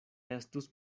estus